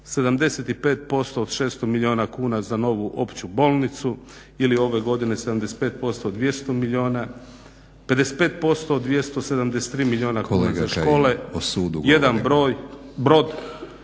75% od 600 milijuna kuna za novu Opću bolnicu ili ove godine 75% 200 milijuna. 55% od 273 milijuna kuna za škole … …/Upadica